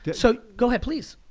so, go ahead, please.